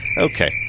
Okay